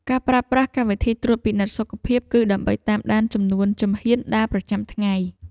ការប្រើប្រាស់កម្មវិធីត្រួតពិនិត្យសុខភាព គឺដើម្បីតាមដានចំនួនជំហានដើរប្រចាំថ្ងៃ។